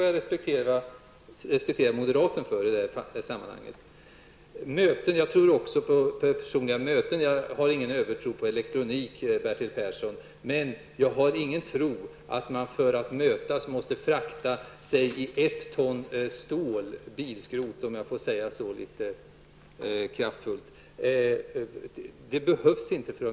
Jag respekterar alltså moderaten för detta i detta sammanhang. Jag tror också på personliga möten. Och jag har ingen övertro på elektronik, Bertil Persson. Vi har ingen tro på att man för att mötas måste fraktas i 1 ton stål, bilskrot, om jag får uttrycka mig litet kraftfullt. Det behövs inte.